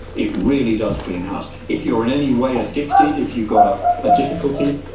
it really does clean house. if you're in any way addicted, if you've got a ah difficulty,